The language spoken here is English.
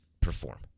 perform